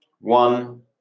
one